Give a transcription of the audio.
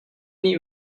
nih